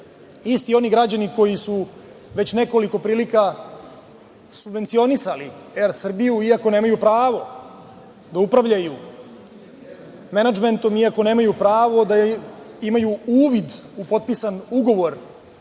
isti oni građani koji su već nekoliko prilika subvencionisali „Er Srbiju“ iako nemaju pravo da upravljaju menadžmentom, iako nemaju pravo da imaju uvid u potpisan ugovor